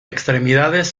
extremidades